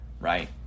right